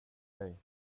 dig